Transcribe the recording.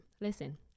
Listen